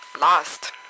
lost